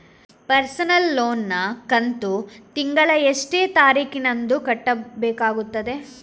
Personal loan ನ ಕಂತು ತಿಂಗಳ ಎಷ್ಟೇ ತಾರೀಕಿನಂದು ಕಟ್ಟಬೇಕಾಗುತ್ತದೆ?